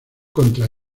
contra